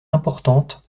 importante